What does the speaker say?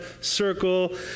circle